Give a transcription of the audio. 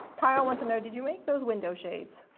kyle wants to know did you make those window shades?